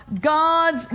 God's